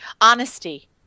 Honesty